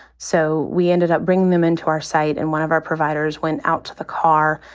so we ended up bringing them into our site. and one of our providers went out to the car,